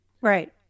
right